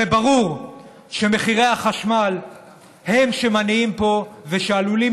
הרי ברור שמחירי החשמל הם שמניעים פה ושעלולים